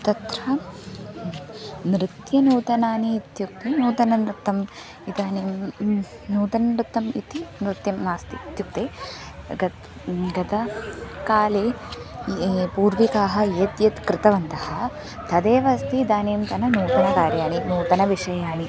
तत्र नृत्यनूतनानि इत्युक्ते नूतनं नृत्यम् इदानीं नूतन्ं नृत्यम् इति नृत्यं नास्ति इत्युक्ते ग गतकाले ये पूर्विकाः यत् यत् कृतवन्तः तदेव अस्ति इदानीन्तन नूतनकार्याणि नूतनविषयाः